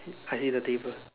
I see the table